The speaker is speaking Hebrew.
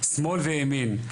שמאל וימין,